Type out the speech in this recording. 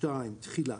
תחילה